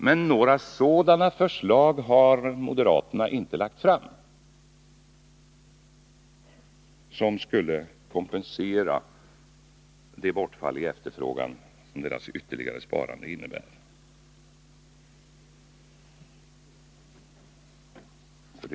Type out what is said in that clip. Men några sådana förslag, som skulle kompensera de bortfall i efterfrågan som deras ytterligare sparande innebär, har moderaterna inte lagt fram.